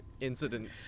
incident